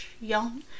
young